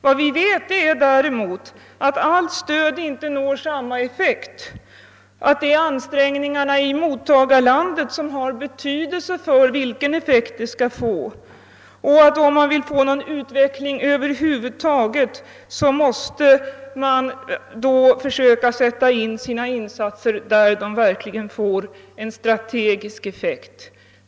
Vad vi vet är däremot att allt stöd inte får samma effekt, att det är ansträngningarna i mottagarlandet som har betydelse för vilken effekt de kan få och att man då, om man vill nå någon utveckling över huvud taget, måste försöka sätta in sina insatser på strategiska punkter där de verkligen får effekt.